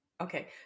Okay